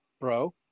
bro